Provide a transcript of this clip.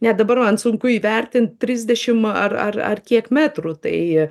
ne dabar man sunku įvertint trisdešim ar ar ar kiek metrų tai